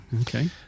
Okay